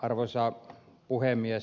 arvoisa puhemies